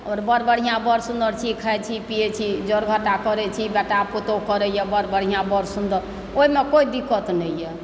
आओर बड़ बढ़िआँ बड़ सुन्दर छी खाइ छी पिबै छी जोड़ घटाव करै छी बेटा पुतहु करैए बड़ बढ़िआँ बड़ सुन्दर ओइमे कोई दिक्कत नहि यऽ